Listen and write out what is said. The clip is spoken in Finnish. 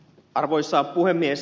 arvoisa puhemies